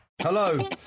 Hello